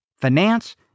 finance